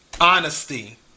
Honesty